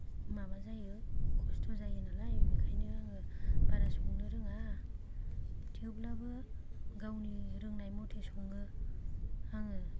माबा जायो खस्त' जायो नालाय बेखायनो आङो बारा संनो रोङा थेवब्लाबो गावनि रोंनाय मथे सङो आङो